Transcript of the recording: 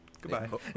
goodbye